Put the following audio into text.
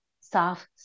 soft